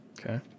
Okay